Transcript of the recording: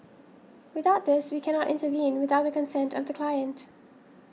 without this we cannot intervene without the consent of the client